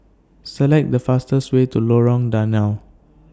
Select The fastest Way to Lorong Danau